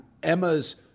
Emma's